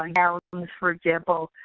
and gowns, for example,